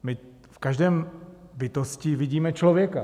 My v každé bytosti vidíme člověka.